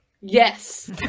yes